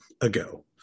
ago